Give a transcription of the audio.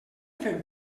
fem